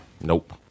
nope